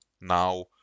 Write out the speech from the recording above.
now